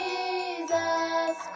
Jesus